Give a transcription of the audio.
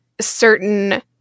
certain